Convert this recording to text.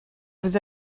vous